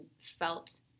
felt